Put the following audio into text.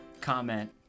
comment